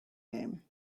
name